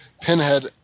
Pinhead